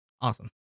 Awesome